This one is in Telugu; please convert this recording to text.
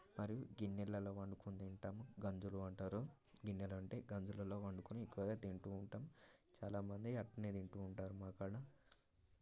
మరియు గిన్నెలలో వండుకొని తింటాం గంజలు అంటారు గిన్నెలు అంటే గంజలలో వండుకొని ఎక్కువగా తింటు ఉంటాం చాలామంది అట్టనే తింటు ఉంటారు మా కాడ